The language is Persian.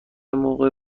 موقع